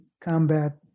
combat